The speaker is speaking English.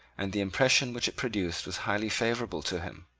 and the impression which it produced was highly favourable to him.